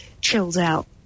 chilled-out